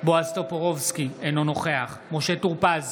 בועז טופורובסקי, אינו נוכח משה טור פז,